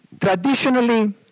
Traditionally